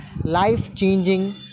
life-changing